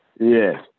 Yes